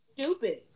stupid